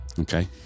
Okay